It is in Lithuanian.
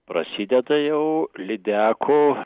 prasideda jau lydekų